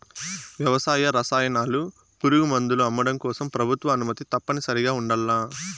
వ్యవసాయ రసాయనాలు, పురుగుమందులు అమ్మడం కోసం ప్రభుత్వ అనుమతి తప్పనిసరిగా ఉండల్ల